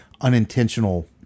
unintentional